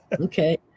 Okay